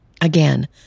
Again